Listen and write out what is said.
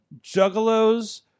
juggalos